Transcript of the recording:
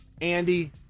Andy